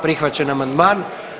Prihvaćen amandman.